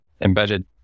embedded